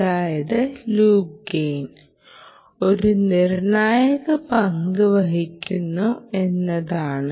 അതായത് loop gain ഒരു നിർണായക പങ്ക് വഹിക്കുന്നു എന്നതാണ്